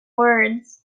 words